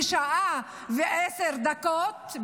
בשעה ועשר דקות,